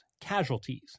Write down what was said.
casualties